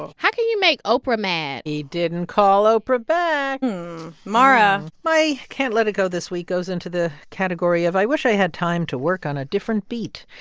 ah how can you make oprah mad? he didn't call oprah back mara my can't let it go this week goes into the category of, i wish i had time to work on a different beat.